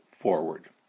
forward